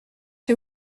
que